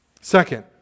Second